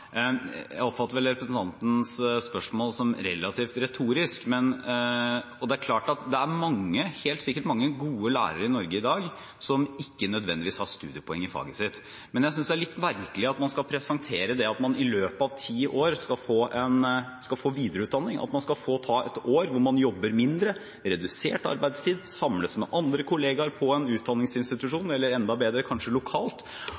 Jeg oppfatter vel representantens spørsmål som relativt retorisk. Det er klart at det helt sikkert er mange gode lærere i Norge i dag som ikke nødvendigvis har studiepoeng i faget sitt. Men jeg synes det er litt merkelig at man skal presentere det at man i løpet av ti år skal få videreutdanning – at man skal få ta et år hvor man jobber mindre, har redusert arbeidstid, samles med andre kollegaer på en utdanningsinstitusjon eller enda bedre kanskje lokalt,